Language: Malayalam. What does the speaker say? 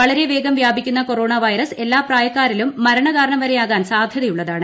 വളരെ വേഗം വൃാപിക്കുന്ന കൊറോണ വൈറസ് എല്ലാ പ്രായക്കാരിലും മരണകാരണം വരെയാകാൻ സാധൃതയുള്ളതാണ്